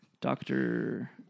Doctor